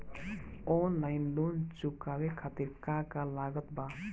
Online loan चुकावे खातिर का का लागत बा?